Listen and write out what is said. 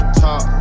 top